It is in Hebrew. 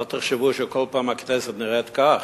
אל תחשבו שכל פעם הכנסת נראית כך,